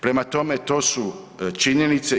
Prema tome, to su činjenice.